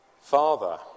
Father